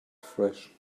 fresh